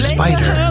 Spider